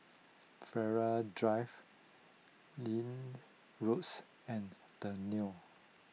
Flora Drive Lin Roads and the Leo